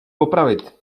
opravit